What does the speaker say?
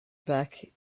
back